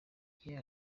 igihe